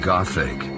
Gothic